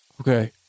Okay